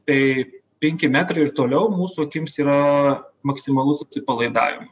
tai penki metrai ir toliau mūsų akims yra maksimalus atsipalaidavima